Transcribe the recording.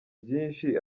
byinshi